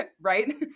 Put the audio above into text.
Right